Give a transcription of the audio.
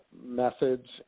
methods